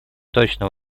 точно